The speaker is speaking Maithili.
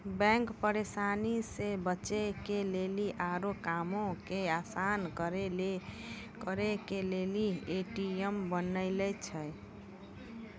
बैंक परेशानी से बचे के लेली आरु कामो के असान करे के लेली ए.टी.एम बनैने छै